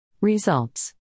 Results